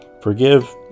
Forgive